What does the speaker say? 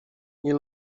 nie